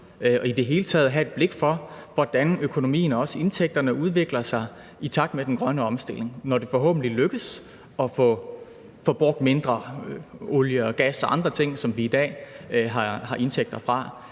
i det hele taget at have et blik for, hvordan økonomien og også indtægterne udvikler sig i takt med den grønne omstilling, når det forhåbentlig lykkes at få forbrugt mindre olie og gas og andre ting, som vi i dag har indtægter fra.